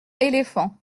éléphants